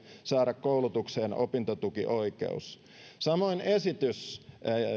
saada koulutukseen opintotukioikeus samoin esitys